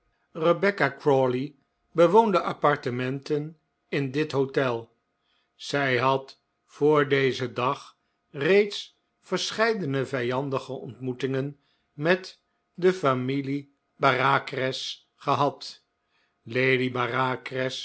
crawley bewoonde appartementen in dit hotel zij had voor dezen dag reeds verscheidene vijandige ontmoetingen met de familie bareacres gehad lady